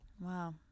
wow